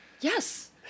Yes